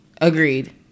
agreed